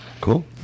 Cool